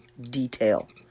detail